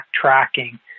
tracking